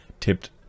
tipped